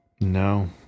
No